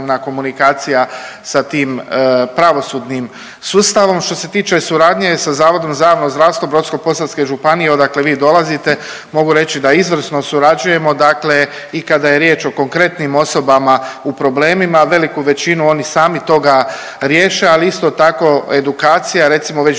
komunikacija sa tim pravosudnim sustavom. Što se tiče suradnje sa Zavodom za javno zdravstvo Brodsko-posavske županije odakle vi dolazite, mogu reći da izvrsno surađujemo i kada je riječ o konkretnim osobama u problemima, veliku većinu oni sami toga riješe. Ali isto tako edukacija recimo već